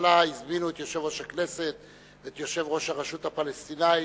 בהתחלה הזמינו את יושב-ראש הכנסת ואת יושב-ראש הרשות הפלסטינית,